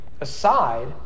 aside